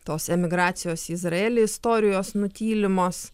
tos emigracijos į izraelį istorijos nutylimos